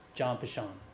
john peschong.